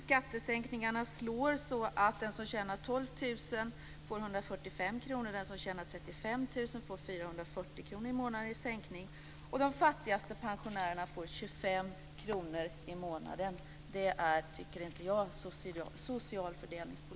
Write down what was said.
Skattesänkningarna slår så att den som tjänar 12 000 kr får en sänkning på 145 kr i månaden. Den som tjänar 35 000 kr får en sänkning med 440 kr i månaden, och de fattigaste pensionärerna får en sänkning med 25 kr i månaden. Det tycker inte jag är social fördelningspolitik.